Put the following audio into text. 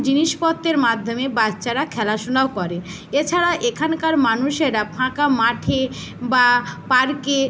জিনিসপত্রের মাধ্যমে বাচ্চারা খেলাশুনাও করে এছাড়া এখানকার মানুষেরা ফাঁকা মাঠে বা পার্কে